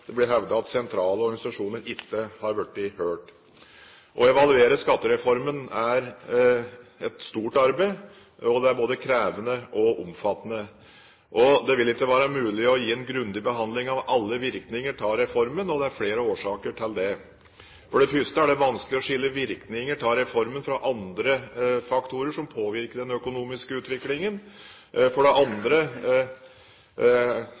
det blir hevdet at sentrale organisasjoner ikke har blitt hørt. Å evaluere skattereformen er et stort arbeid, det er både krevende og omfattende. Det vil ikke være mulig å gi en grundig behandling av alle virkninger av reformen, og det er flere årsaker til det. For det første er det vanskelig å skille virkninger av reformen fra andre faktorer som påvirker den økonomiske utviklingen. For det